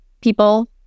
people